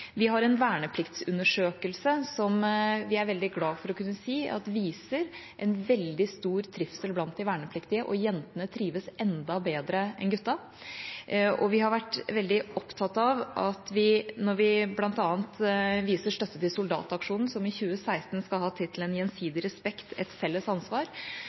Vi har en vernepliktundersøkelse som vi er veldig glad for å kunne si viser en veldig stor trivsel blant de vernepliktige, og jentene trives enda bedre enn guttene. Vi har vært veldig opptatt av at når vi bl.a. viser støtte til Soldataksjonen, som i 2016 skal ha tittelen «Gjensidig respekt – et felles ansvar»,